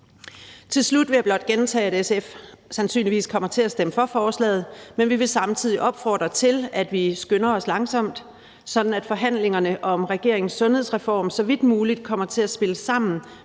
Til slut vil jeg blot gentage, at SF sandsynligvis kommer til at stemme for forslaget, men vi vil samtidig opfordre til, at vi skynder os langsomt, sådan at forhandlingerne om regeringens sundhedsreform så vidt muligt kommer til at spille sammen